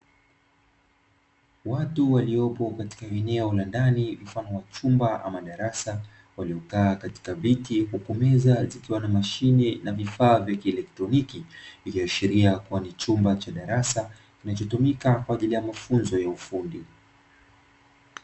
Watu waliopo katika eneo la ndani mfano wa chumba ama darasa, waliokaa katika viti huku meza zikiwa na mashine na vifaa vya kielektroniki, ikiashiria kuwa ni chumba cha darasa kinachotumika kwa ajili ya mafunzo ya ufundi.